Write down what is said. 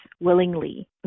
willingly